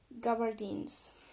gabardines